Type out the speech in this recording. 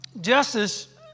Justice